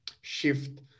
shift